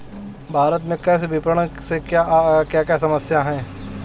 भारत में कृषि विपणन से क्या क्या समस्या हैं?